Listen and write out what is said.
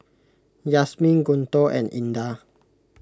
Yasmin Guntur and Indah